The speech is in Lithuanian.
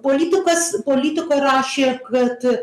politikas politico rašė kad